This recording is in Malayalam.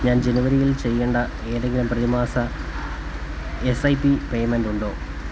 ഞാൻ ജനുവരിയിൽ ചെയ്യേണ്ട ഏതെങ്കിലും പ്രതിമാസ എസ് ഐ പി പേയ്മെൻറ് ഉണ്ടോ